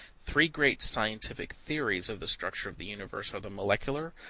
three great scientific theories of the structure of the universe are the molecular,